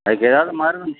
அதுக்கு ஏதாவது மருந்து